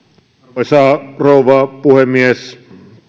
arvoisa rouva puhemies